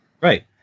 Right